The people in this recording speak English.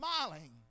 smiling